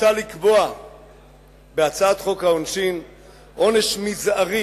מוצע לקבוע בהצעת חוק העונשין עונש מזערי